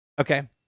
Okay